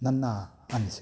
ನನ್ನ ಅನಿಸಿಕೆ